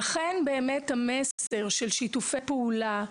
לכן באמת חשוב המסר של שיתופי פעולה,